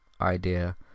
idea